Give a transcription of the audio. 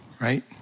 Right